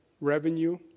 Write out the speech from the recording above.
revenue